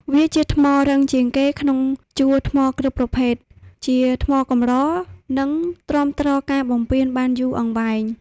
វាជាថ្មរឹងជាងគេក្នុងជួរថ្មគ្រប់ប្រភេទ ជាថ្មកម្រ និងទ្រាំទ្រការបំពានបានយូរអង្វែង។